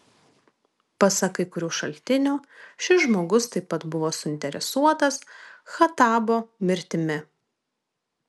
pasak kai kurių šaltinių šis žmogus taip pat buvo suinteresuotas khattabo mirtimi